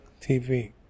TV